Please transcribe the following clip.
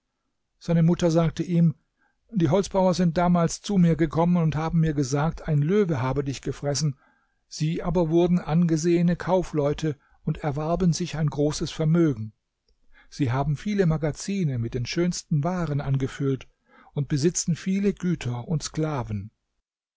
seine mutter sagte ihm die holzhauer sind damals zu mir gekommen und haben mir gesagt ein löwe habe dich gefressen sie aber wurden angesehene kaufleute und erwarben sich ein großes vermögen sie haben viele magazine mit den schönsten waren angefüllt und besitzen viele güter und sklaven